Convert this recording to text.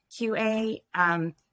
QA